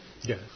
Yes